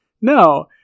No